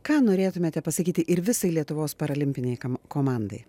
ką norėtumėte pasakyti ir visai lietuvos paralimpinei kam komandai